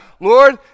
Lord